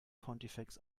pontifex